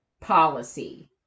Policy